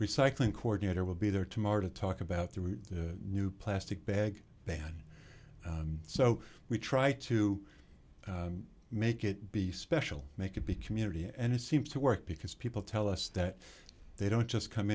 recycling coordinator will be there tomorrow to talk about the new plastic bag ban so we try to make it be special make it be community and it seems to work because people tell us that they don't just come